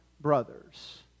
brothers